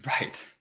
Right